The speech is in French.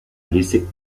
blessé